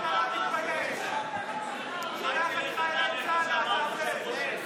אתה שולח לעזאזל את מי שבזכותם אתה יושב כאן.